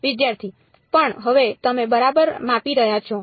વિદ્યાર્થી પણ હવે તમે બરાબર માપી રહ્યા છો